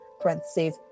parentheses